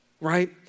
right